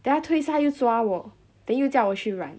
then 他退色他就抓我 then 又叫我去染